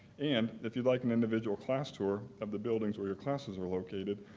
and if you'd like an individual class tour of the buildings where your classes are located,